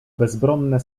bezbronne